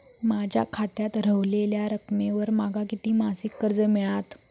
माझ्या खात्यात रव्हलेल्या रकमेवर माका किती मासिक कर्ज मिळात?